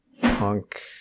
punk